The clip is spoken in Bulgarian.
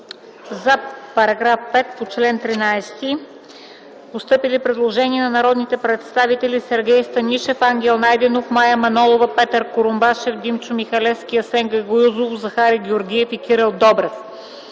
5 – за § 5 по чл. 13. Постъпили предложения на народните представители Сергей Станишев, Ангел Найденов, Мая Манолова, Петър Курумбашев, Димчо Михалевски, Асен Гагаузов, Захари Георгиев и Кирил Добрев.